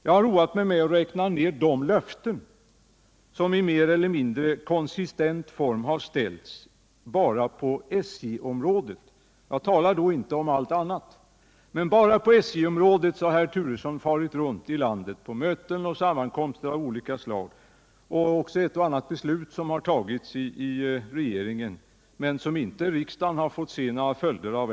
Jag har roat mig med att räkna samman de löften som i mer eller mindre konsistent form har ställts bara på SJ-området — jag talar då inte om allt annat. Bara när det gäller SJ-området har herr Turesson farit runt i landet och talat på möten och sammankomster av olika slag, och även ett och annat beslut har fattats i regeringen, men dem har riksdagen ännu inte fått se några resultat av.